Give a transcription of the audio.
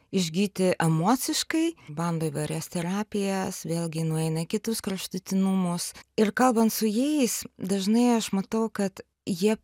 išgyti emociškai bando įvairias terapijas vėlgi nueina į kitus kraštutinumus ir kalbant su jais dažnai aš matau kad jie